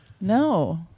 No